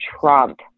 Trump